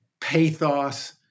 pathos